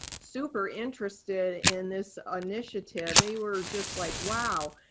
super interested in this initiative. they were just like wow!